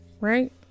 Right